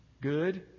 good